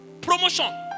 Promotion